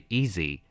easy